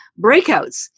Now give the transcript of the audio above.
breakouts